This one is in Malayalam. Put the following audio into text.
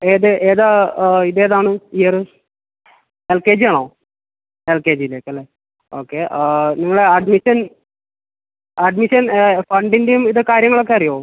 ഏത് ഏതാണ് ഇത് ഏതാണ് ഇയറ് എൽ കെ ജി ആണോ എൽ കെ ജിയിലേക്ക് അല്ലേ ഓക്കെ നിങ്ങളെ അഡ്മിഷൻ അഡ്മിഷൻ ഫണ്ടിൻ്റെയും ഇത് കാര്യങ്ങളൊക്കെ അറിയാമോ